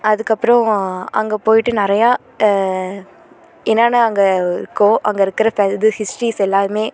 அதுக்கப்புறம் அங்கே போயிட்டு நிறையா என்னன்ன அங்கே இருக்கோ அங்கே இருக்கிற இது ஹிஸ்ட்ரிஸ் எல்லாமே